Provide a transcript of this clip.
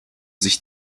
sich